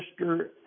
Mr